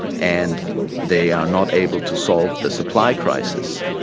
and they are not able to solve the supply crisis.